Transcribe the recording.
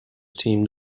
teamed